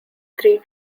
three